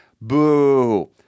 Boo